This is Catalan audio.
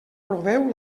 proveu